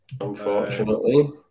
Unfortunately